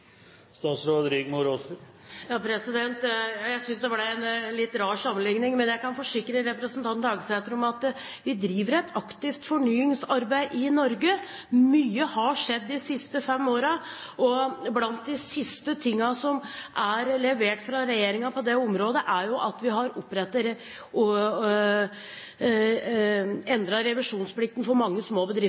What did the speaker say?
Jeg syntes det ble en litt rar sammenligning, men jeg kan forsikre representanten Hagesæter om at vi driver et aktivt fornyingsarbeid i Norge. Mye har skjedd de siste fem årene. Blant de siste tingene som er levert fra regjeringen på det området, er at vi har endret revisjonsplikten for mange små bedrifter.